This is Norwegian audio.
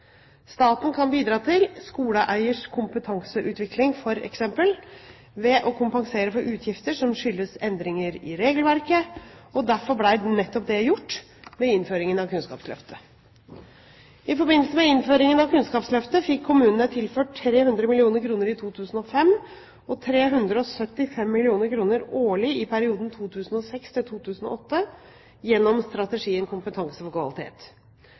Staten kan bidra til skoleeiers kompetanseutvikling, f.eks. ved å kompensere for utgifter som skyldes endringer i regelverket, og derfor ble nettopp det gjort ved innføringen av Kunnskapsløftet. I forbindelse med innføringen av Kunnskapsløftet fikk kommunene tilført 300 mill. kr i 2005 og 375 mill. kr årlig i perioden 2006–2008 gjennom strategien Kompetanse for kvalitet.